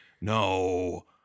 no